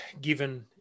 given